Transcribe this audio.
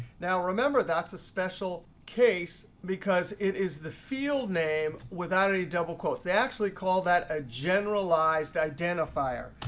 now remember that's a special case because it is the field name without any double quotes. they actually call that a generalized identifier.